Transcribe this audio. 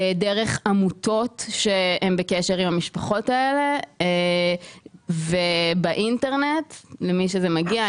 דרך עמותות שהן בקשר עם המשפחות האלה ובאינטרנט למי שזה מגיע,